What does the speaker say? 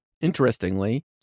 Interestingly